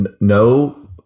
no